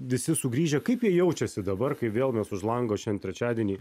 visi sugrįžę kaip jie jaučiasi dabar kai vėl mes už lango šiandien trečiadienį